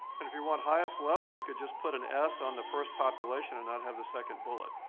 and if you want highest level, you could just put an s on the first population and not have the second bullet.